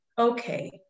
okay